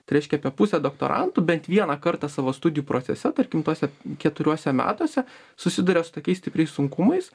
tai reiškia apie pusė doktorantų bent vieną kartą savo studijų procese tarkim tuose keturiuose metuose susiduria su tokiais stipriais sunkumais